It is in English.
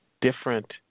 different